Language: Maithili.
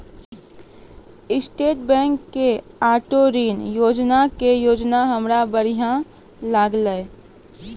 स्टैट बैंको के आटो ऋण योजना के योजना हमरा बढ़िया लागलै